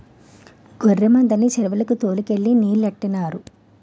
గొర్రె మందని చెరువుకి తోలు కెళ్ళి నీలెట్టినారు